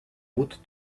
routes